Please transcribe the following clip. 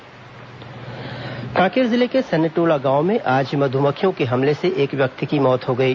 मध्मक्खी हमला कांकेर जिले के सनटोला गांव में आज मधुमक्खियों के हमले से एक व्यक्ति की मौत हो गई